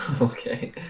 Okay